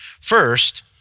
First